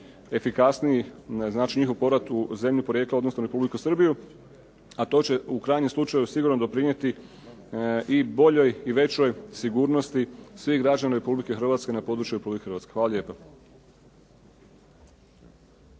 efikasniji, znači njihov povrat u zemlju porijekla, odnosno u Republiku Srbiju, a to će u krajnjem slučaju sigurno doprinijeti i boljoj i većoj sigurnosti svih građana RH na području RH. Hvala lijepo.